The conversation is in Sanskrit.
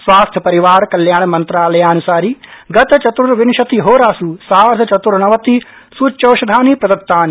स्वास्थ्य परिवार कल्याण मंत्रालयान्सारि गत चतुर्विशतिहोरास् सार्धचतुर्णवति स्च्यौषधानि प्रदत्तानि